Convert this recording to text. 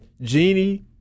Genie